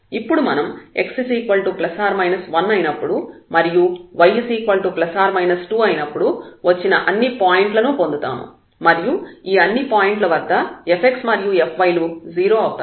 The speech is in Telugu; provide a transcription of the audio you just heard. ఇప్పుడు మనం x ±1 అయినప్పుడు మరియు y ±2 అయినప్పుడు వచ్చిన అన్ని పాయింట్లను పొందుతాము మరియు ఈ అన్ని పాయింట్ల వద్ద fx మరియు fy లు 0 అవుతాయి